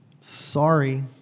sorry